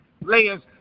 layers